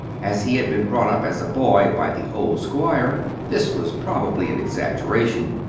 as he had been brought up as a boy by the old squire this was probably an exaggeration,